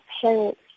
parents